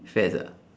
fats ah